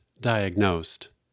diagnosed